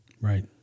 Right